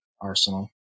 arsenal